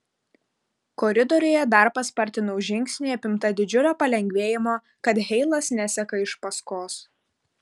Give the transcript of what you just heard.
koridoriuje dar paspartinau žingsnį apimta didžiulio palengvėjimo kad heilas neseka iš paskos